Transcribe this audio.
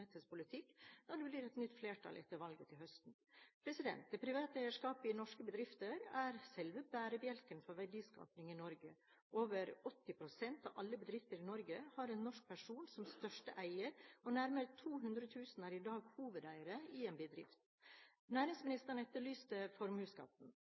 politikk når det blir et nytt flertall etter valget til høsten. Det private eierskapet i norske bedrifter er selve bærebjelken for verdiskapning i Norge. Over 80 pst. av alle bedrifter i Norge har en norsk person som største eier, og nærmere 200 000 personer er i dag hovedeiere i en bedrift.